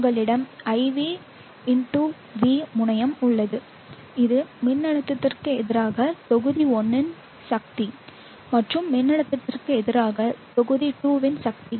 உங்களிடம் I1 V முனையம் உள்ளது இது மின்னழுத்தத்திற்கு எதிராக தொகுதி 1 இன் சக்தி மற்றும் மின்னழுத்தத்திற்கு எதிராக தொகுதி 2 இன் சக்தி